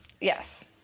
Yes